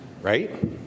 Right